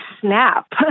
snap